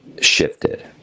shifted